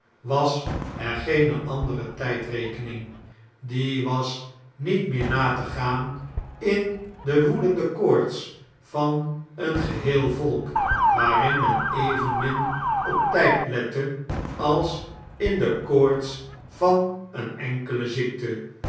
was er geene andere tgdrekening die was niet meer na te gaan in de woedende koorts van een geheel volk waarin men evenmin op tjjd lette als in de koorts van een enkelen zieke